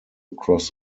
across